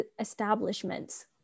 establishments